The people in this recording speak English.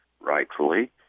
rightfully